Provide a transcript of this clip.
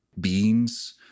beings